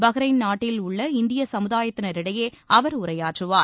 Bahrain நாட்டில் உள்ள இந்திய சமுதாயத்தினரிடையே அவர் உரையாற்றுவார்